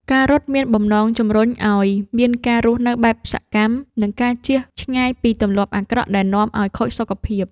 ការរត់មានបំណងជម្រុញឱ្យមានការរស់នៅបែបសកម្ម និងការជៀសឆ្ងាយពីទម្លាប់អាក្រក់ដែលនាំឱ្យខូចសុខភាព។